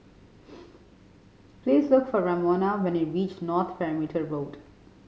please look for Ramona when you reach North Perimeter Road